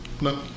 No